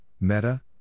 Meta